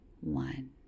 one